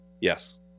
Yes